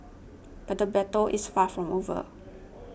but the battle is far from over